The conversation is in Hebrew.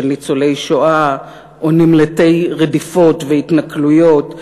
ניצולי שואה או נמלטי רדיפות והתנכלויות.